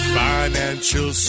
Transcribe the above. financial